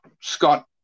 Scott